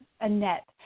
Annette